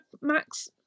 max